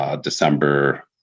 December